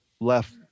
left